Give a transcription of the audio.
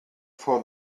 for